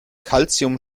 calcium